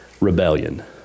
rebellion